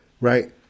Right